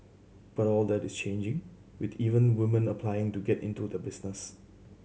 but all that is changing with even women applying to get into the business